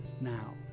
now